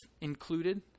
included